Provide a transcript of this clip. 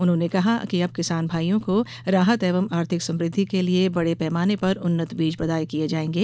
उन्होंने कहा कि अब किसान भाइयों को राहत एवं आर्थिक समुद्धि के लिए बड़े पैमाने पर उन्नत बीज प्रदाय किये जाएगें